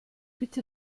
bitte